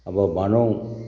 अब भनौँ